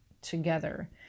together